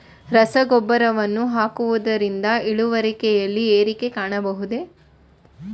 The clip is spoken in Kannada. ರಸಗೊಬ್ಬರವನ್ನು ಹಾಕುವುದರಿಂದ ಇಳುವರಿಯಲ್ಲಿ ಏರಿಕೆ ಕಾಣಬಹುದೇ?